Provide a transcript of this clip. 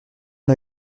une